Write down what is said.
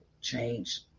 change